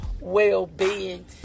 well-being